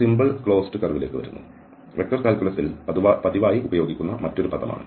simple closed കർവിലേക്ക് വരുന്നു vector കാൽക്കുലസിൽ പതിവായി ഉപയോഗിക്കുന്ന മറ്റൊരു പദമാണ്